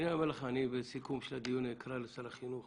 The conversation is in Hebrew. אני בסיכום של הדיון אקרא לשר החינוך